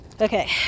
Okay